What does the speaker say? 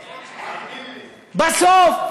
בסוף,